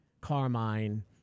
Carmine